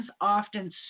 often